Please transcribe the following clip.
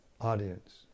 audience